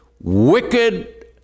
wicked